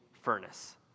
furnace